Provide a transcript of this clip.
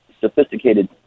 sophisticated